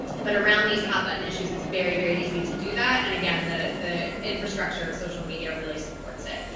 but around these hot button issues, it's very, very easy to do that. and again, the the infrastructure of social media really supports it.